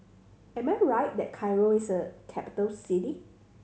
am I right that Cairo is a capital city